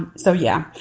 so yeah,